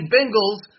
Bengals